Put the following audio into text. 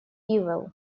ивел